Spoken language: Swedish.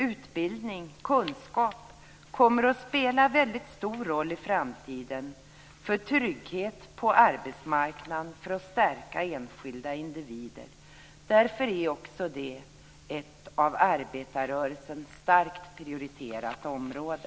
Utbildning och kunskap kommer att spela en väldigt stor roll i framtiden för trygghet på arbetsmarknaden och för att stärka enskilda individer. Därför är också det ett av arbetarrörelsen starkt prioriterat område.